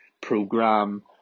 program